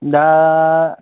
दा